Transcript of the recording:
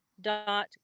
dot